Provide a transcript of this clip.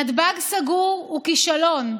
נתב"ג סגור הוא כישלון.